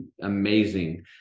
amazing